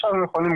עכשיו הם יכולים,